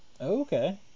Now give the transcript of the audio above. Okay